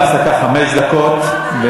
אנחנו יוצאים להפסקה של חמש דקות ונחזור.